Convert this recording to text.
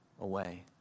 away